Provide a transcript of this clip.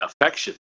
affection